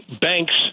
banks